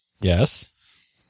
Yes